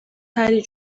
پری